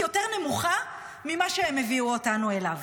יותר נמוכה ממה שהם הביאו אותנו אליו.